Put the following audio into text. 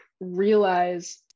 realize